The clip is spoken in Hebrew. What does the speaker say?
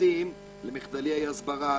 מתייחסים בו למחדלי הסברה,